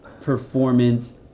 performance